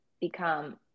become